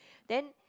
then